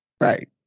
Right